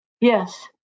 Yes